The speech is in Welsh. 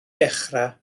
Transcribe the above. dechrau